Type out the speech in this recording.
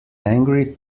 angry